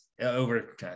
over